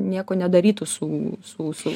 nieko nedarytų su su su